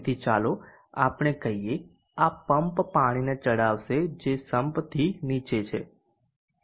તેથી ચાલો આપણે કહીએ આ પંપ પાણીને ચડાવશે જે સમ્પ થી નીચે છે